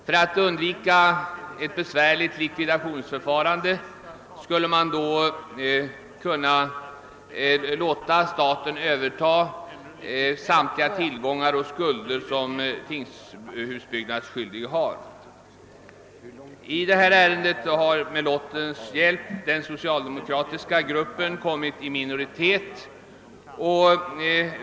För att undvika ett besvärligt likvidationsförfarande skulle man låta staten överta samtliga tillgångar och skulder som tingshusbyggnadsskyldige har. I detta ärende har lotten åstadkommit att den socialdemokratiska gruppen kommit i minoritet.